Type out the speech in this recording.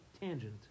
tangent